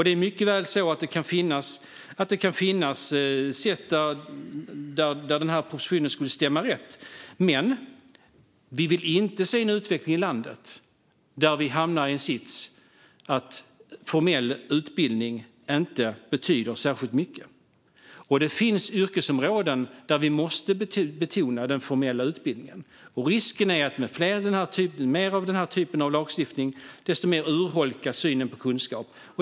Det kan mycket väl finnas sätt där propositionen kan stämma rätt, men vi vill inte se en utveckling i landet där vi hamnar i sitsen att formell utbildning inte betyder särskilt mycket. Det finns yrkesområden där vi måste betona den formella utbildningen. Risken är att ju mer av denna typ av lagstiftning vi får, desto mer urholkas synen på kunskap.